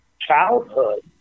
childhood